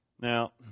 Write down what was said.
Now